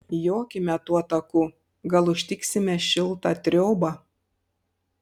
jokime tuo taku gal užtiksime šiltą triobą